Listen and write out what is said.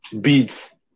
beats